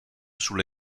sulle